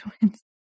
Twins